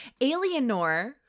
alienor